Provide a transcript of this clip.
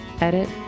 edit